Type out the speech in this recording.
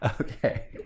okay